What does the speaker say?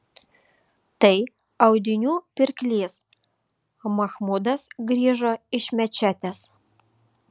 tai audinių pirklys machmudas grįžo iš mečetės